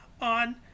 on